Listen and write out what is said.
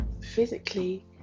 physically